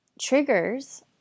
Triggers